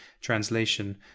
translation